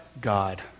God